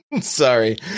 Sorry